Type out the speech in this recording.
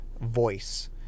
voice